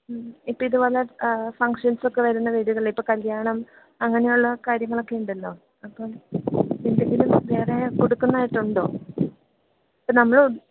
മ്മ് ഇപ്പം ഇതു പോലെ ഫങ്ഷൻസൊക്കെ വരുന്ന വീടുകളിൽ ഇപ്പം കല്യാണം അങ്ങനെ ഉള്ള കാര്യങ്ങളൊക്കെ ഉണ്ടല്ലോ അപ്പം എന്തെങ്കിലും വേറെ കൊടുക്കുന്നതായിട്ടുണ്ടോ ഇപ്പം നമ്മൾ